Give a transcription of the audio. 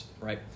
right